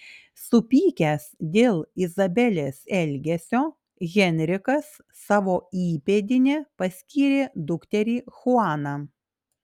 supykęs dėl izabelės elgesio henrikas savo įpėdine paskyrė dukterį chuaną